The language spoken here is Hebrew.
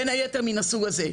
בין היתר מן הסוג הזה.